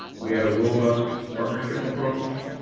we had a robust partnership approach.